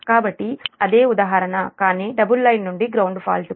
కాబట్టి అదే ఉదాహరణ కానీ డబుల్ లైన్ నుండి గ్రౌండ్ ఫాల్ట్ కు